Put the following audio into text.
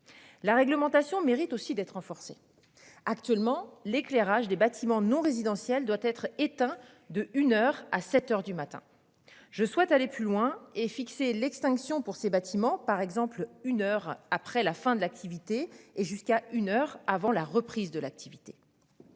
La réglementation mérite aussi d'être renforcé. Actuellement, l'éclairage des bâtiments non résidentiels doit être éteint de une heure à 7h du matin je souhaite aller plus loin et fixé l'extinction pour ces bâtiments par exemple une heure après la fin de l'activité et jusqu'à une heure avant la reprise de l'activité.